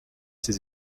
ses